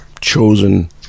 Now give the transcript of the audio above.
chosen